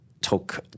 took